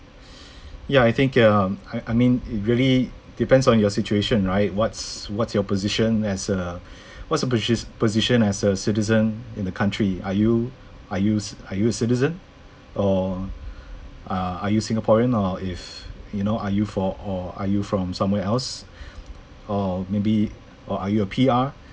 ya I think ya I I mean really depends on your situation right what's what's your position as a what's your posi~ position as a citizen in the country are you are you ci~ are you citizen or uh are you singaporean or if you know are you for or are you from somewhere else or maybe or are you a P_R